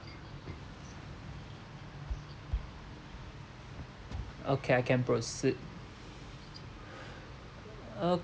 okay I can proceed